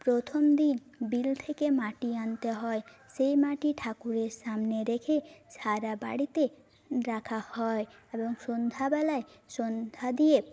প্রথম দিন বিল থেকে মাটি আনতে হয় সেই মাটি ঠাকুরের সামনে রেখে সারা বাড়িতে রাখা হয় এবং সন্ধ্যাবেলায় সন্ধ্যা দিয়ে